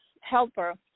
helper